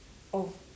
of